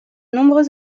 nombreux